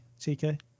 TK